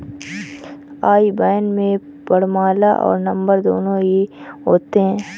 आई ban में वर्णमाला और नंबर दोनों ही होते हैं